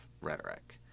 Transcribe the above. rhetoric